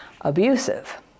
abusive